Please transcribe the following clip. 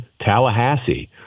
Tallahassee